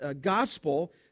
gospel